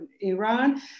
Iran